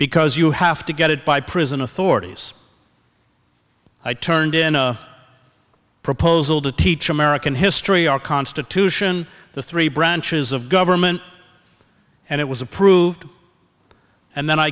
because you have to get it by prison authorities i turned in a proposal to teach american history our constitution the three branches of government and it was approved and then i